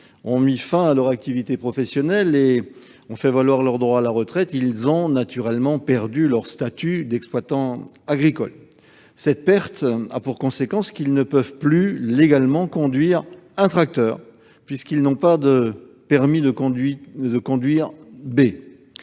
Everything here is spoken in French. ont mis fin à leur activité professionnelle et ont fait valoir leur droit à la retraite, ils ont naturellement perdu leur statut d'exploitant agricole. Cette perte a eu pour conséquence qu'ils ne peuvent plus légalement conduire leur tracteur, puisqu'ils n'ont pas de permis B.